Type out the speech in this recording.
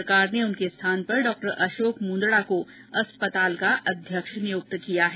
सरकार ने उनके स्थान पर डॉ अशोक मूँदड़ा को अस्पताल का अधीक्षक नियुक्त किया है